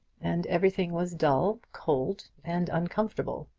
and everything was dull, cold, and uncomfortable.